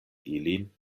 ilin